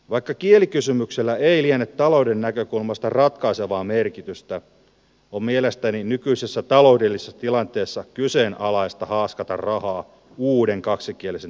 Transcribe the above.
vaikka kielikysymyksellä ei liene talouden näkökulmasta ratkaisevaa merkitystä on mielestäni nykyisessä taloudellisessa tilanteessa kyseenalaista haaskata rahaa uuden kaksikielisen tuomioistuimen perustamiseen